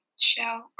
show